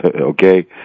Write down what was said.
okay